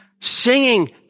singing